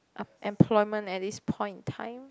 um employment at this point in time